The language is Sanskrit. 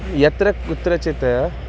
यत्र कुत्रचित्